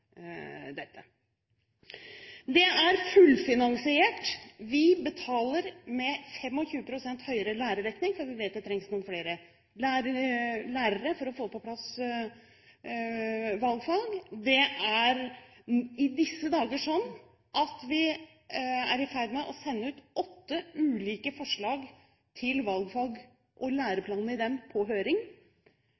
er fullfinansiert. Vi betaler med 25 pst. høyere lærerdekning fordi vi vet det trengs noen flere lærere for å få på plass valgfag. I disse dager er vi i ferd med å sende ut åtte ulike forslag til valgfag og